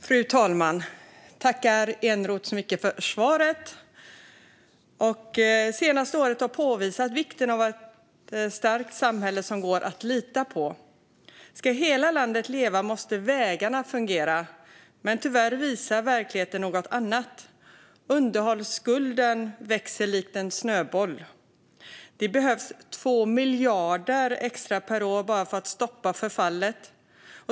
Fru talman! Jag tackar Eneroth så mycket för svaret. Det senaste året har påvisat vikten av ett starkt samhälle som det går att lita på. Ska hela landet leva måste vägarna fungera, men tyvärr visar verkligheten något annat. Underhållsskulden växer likt en snöboll. Det behövs 2 miljarder extra per år bara för att stoppa förfallet.